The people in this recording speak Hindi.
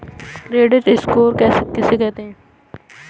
क्रेडिट स्कोर किसे कहते हैं?